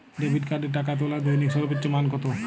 Debit কার্ডে টাকা তোলার দৈনিক সর্বোচ্চ মান কতো?